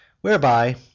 Whereby